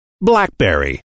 blackberry